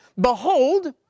behold